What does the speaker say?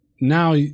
Now